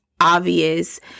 obvious